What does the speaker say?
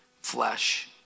flesh